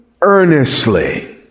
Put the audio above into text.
earnestly